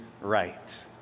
right